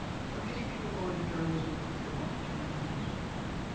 so many people go into journalism because they want to change things for the better,